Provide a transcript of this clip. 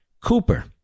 Cooper